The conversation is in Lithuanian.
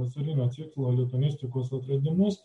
vasarinio ciklo lituanistikos atradimus